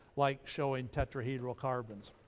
like showing tetrahedral carbons.